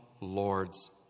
Lord's